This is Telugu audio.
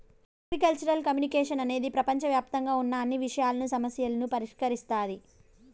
అగ్రికల్చరల్ కమ్యునికేషన్ అనేది ప్రపంచవ్యాప్తంగా ఉన్న అన్ని విషయాలను, సమస్యలను పరిష్కరిస్తాది